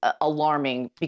alarming